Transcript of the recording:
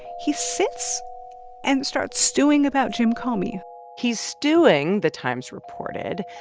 he sits and starts stewing about jim comey he's stewing, the times reported,